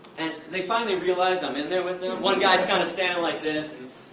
and they finally realized i'm in there with them. one guy's kinda standing like this,